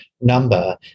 number